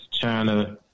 China